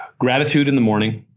gratitude in the morning.